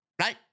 right